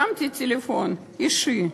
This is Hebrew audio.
הרמתי טלפון אישי.